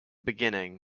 beginning